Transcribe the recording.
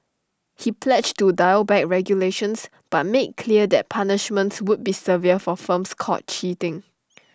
he pledged to dial back regulations but made clear that punishments would be severe for firms caught cheating